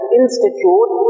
institute